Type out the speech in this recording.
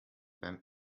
beim